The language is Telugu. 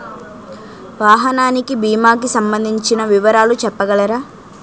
వాహనానికి భీమా కి సంబందించిన వివరాలు చెప్పగలరా?